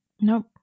Nope